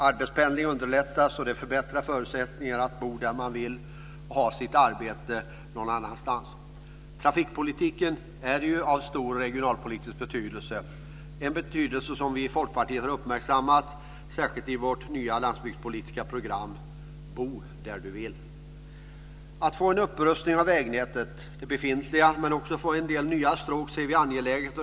Arbetspendling underlättas och det förbättrar förutsättningarna att bo där man vill och ha sitt arbete någon annanstans. Trafikpolitiken är ju av stor regionalpolitisk betydelse - en betydelse som vi i Folkpartiet har uppmärksammat särskilt i vårt nya landsbygdspolitiska program Bo där du vill. Att få en upprustning av det befintliga vägnätet men också att få en del nya stråk ser vi som angeläget.